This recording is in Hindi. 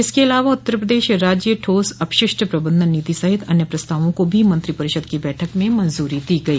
इसके अलावा उत्तर प्रदेश राज्य ठोस अपशिष्ट प्रबंधन नीति सहित अन्य प्रस्तावों को भी मंत्रिपरिषद की बैठक में मंजूरी दी गई